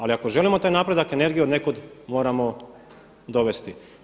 Ali ako želimo taj napredak, energiju od nekud moramo dovesti.